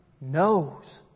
knows